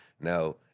Now